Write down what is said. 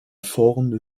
vorrunde